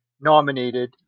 nominated